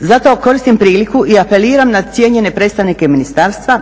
Zato koristim priliku i apeliram na cijenjene predstavnike ministarstva